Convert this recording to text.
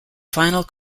final